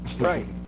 Right